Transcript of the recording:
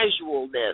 casualness